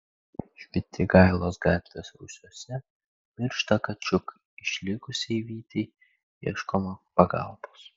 švitrigailos gatvės rūsiuose miršta kačiukai išlikusiai vytei ieškoma pagalbos